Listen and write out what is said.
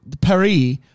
paris